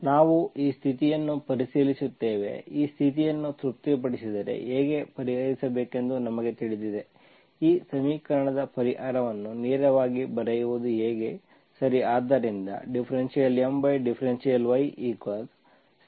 ನಾವು ಈ ಸ್ಥಿತಿಯನ್ನು ಪರಿಶೀಲಿಸುತ್ತೇವೆ ಈ ಸ್ಥಿತಿಯನ್ನು ತೃಪ್ತಿಪಡಿಸಿದರೆ ಹೇಗೆ ಪರಿಹರಿಸಬೇಕೆಂದು ನಮಗೆ ತಿಳಿದಿದೆ ಈ ಸಮೀಕರಣದ ಪರಿಹಾರವನ್ನು ನೇರವಾಗಿ ಬರೆಯುವುದು ಹೇಗೆ ಸರಿ